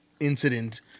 incident